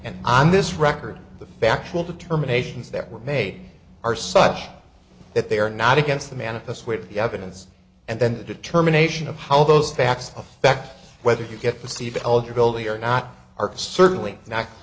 on this record the factual determination is that were made are such that they are not against the manifest weight of the evidence and then the determination of how those facts affect whether you get to see the eligibility or not are certainly n